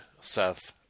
Seth